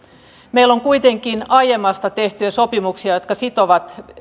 meillä on kuitenkin aiemmin tehtyjä sopimuksia jotka sitovat